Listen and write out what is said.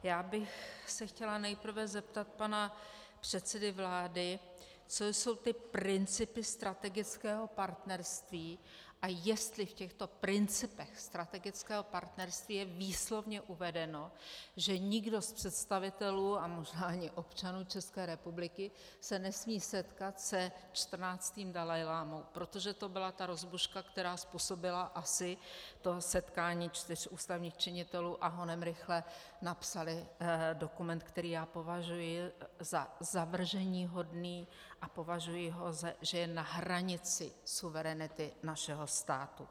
Já bych se chtěla nejprve zeptat pana předsedy vlády, co jsou ty principy strategického partnerství a jestli v těchto principech strategického partnerství je výslovně uvedeno, že nikdo z představitelů a možná ani občanů České republiky se nesmí setkat se 14. dalajlámou, protože to byla ta rozbuška, která způsobila asi to setkání čtyř ústavních činitelů, a honem rychle napsali dokument, který já považuji za zavrženíhodný a považuji ho, že je na hranici suverenity našeho státu.